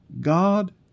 God